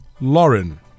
Lauren